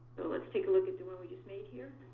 let's take a look at the one we've just made here.